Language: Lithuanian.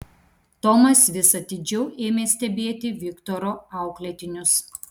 tomas vis atidžiau ėmė stebėti viktoro auklėtinius